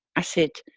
i said,